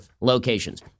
locations